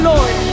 Lord